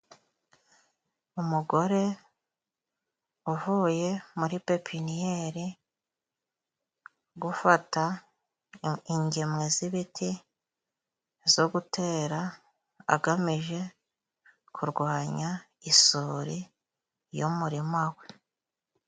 Umugore uvuye muri pepiniyeri gufata ingemwe z'ibiti zo gutera agamije kurwanya isuri y'umurima we.